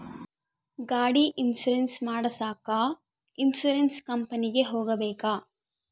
ಗಾಡಿ ಇನ್ಸುರೆನ್ಸ್ ಮಾಡಸಾಕ ಇನ್ಸುರೆನ್ಸ್ ಕಂಪನಿಗೆ ಹೋಗಬೇಕಾ?